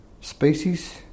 species